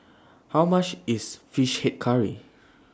How much IS Fish Head Curry